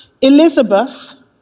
Elizabeth